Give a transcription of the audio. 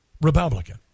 Republican